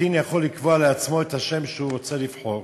קטין יכול לקבוע לעצמו את השם שהוא רוצה לבחור,